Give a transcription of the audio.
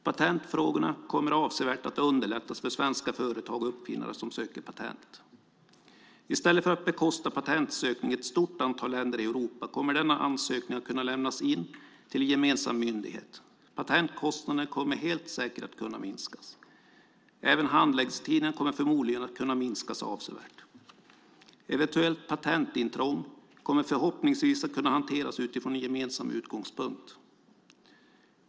Patentfrågorna kommer avsevärt att underlättas för svenska företag och uppfinnare som söker patent. I stället för att bekosta patentsökning i ett stort antal länder i Europa kommer denna ansökning att kunna lämnas in till en gemensam myndighet. Patentkostnaderna kommer helt säkert att kunna minskas. Även handläggningstiden kommer förmodligen att kunna minskas avsevärt. Eventuellt patentintrång kommer förhoppningsvis att kunna hanteras utifrån en gemensam utgångspunkt.